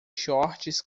shorts